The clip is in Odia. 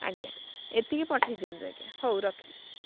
ଆଜ୍ଞା ଏତିକି ପଠାଇ ଦିଅନ୍ତୁ ଆଜ୍ଞା ହଉ ରଖିଲି